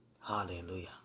Hallelujah